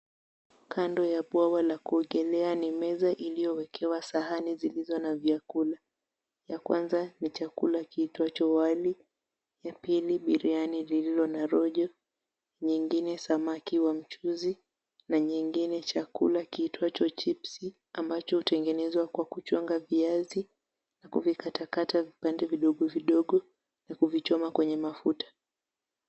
Kando ya bwawa la kuogelea ni meza iliyowekewa sahani zilizo na vyakula. Ya kwanza ni chakula kiitwacho wali, ya pili biriani lililo na rojo, nyingine samaki wa mchuzi na nyingine chakula kiitwacho chipsi, ambacho hutengenezwa kwa kuchonga viazi na kuvikatakata vipande vidogovidogo na kuvichoma kwenye mafuta.